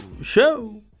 show